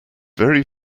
very